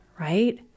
right